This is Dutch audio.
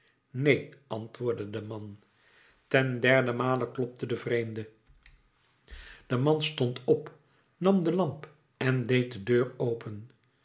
neen antwoordde de man ten derden male klopte de vreemde de man stond op nam de lamp en deed de deur open